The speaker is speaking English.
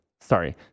sorry